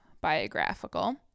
biographical